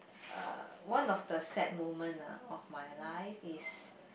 uh one of the sad moment ah of my life is